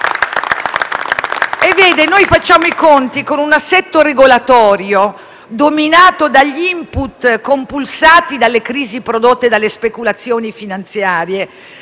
Vede, noi facciamo i conti con un assetto regolatorio dominato dagli *input* compulsati dalle crisi prodotte dalle speculazioni finanziarie,